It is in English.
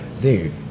dude